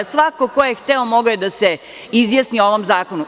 Svako ko je hteo, mogao je da se izjasni o ovom zakonu.